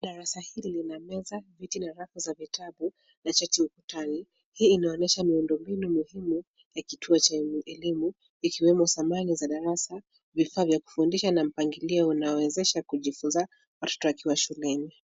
Darasa hili lina meza, viti na rafu za vitabu, na chati ukutani. Hii inaonyesha miundombinu muhimu ya kituo cha elimu, ikiwemo samani za darasa, vifaa vya kufundisha na mpangilio unaowezesha kujifunza watoto wakiwa shuleni.